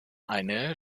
eine